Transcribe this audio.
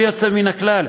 בלי יוצא מן הכלל,